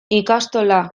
ikastola